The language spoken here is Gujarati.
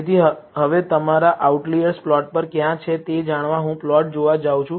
તેથી હવે તમારા આઉટલિઅર્સ પ્લોટ પર ક્યાં છે તે જાણવા હું પ્લોટ જોવા જાઉં છું